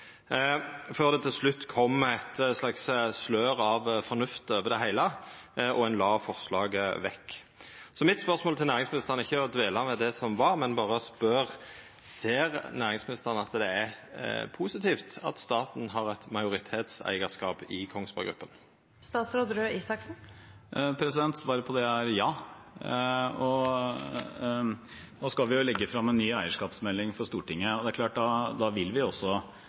før det til slutt kom eit slags slør av fornuft over det heile, og ein la forslaget vekk. Mitt spørsmål til næringsministeren handlar ikkje om å dvela ved det som var, men berre spørja: Ser næringsministeren at det er positivt at staten har eit majoritetseigarskap i Kongsberg Gruppen? Svaret på det er ja. Vi skal jo legge frem en ny eierskapsmelding for Stortinget, og da vil vi på helt vanlig måte også